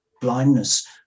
blindness